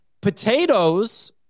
Potatoes